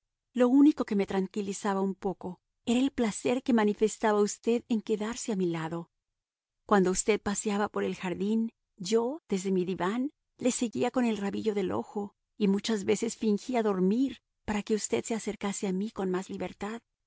lo único que me tranquilizaba un poco era el placer que manifestaba usted en quedarse a mi lado cuando usted paseaba por el jardín yo desde mi diván le seguía con el rabillo del ojo y muchas veces fingía dormir para que usted se acercase a mí con más libertad